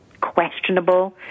questionable